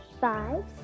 five